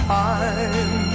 time